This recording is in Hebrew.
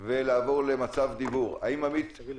אני מבקש שתפתחי ותסבירי בקצרה איך הגענו עד הלום,